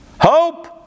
Hope